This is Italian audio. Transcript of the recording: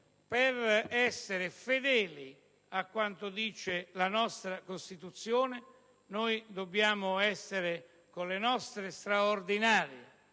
per essere fedeli a quanto dice la nostra Costituzione, dobbiamo essere con le nostre straordinarie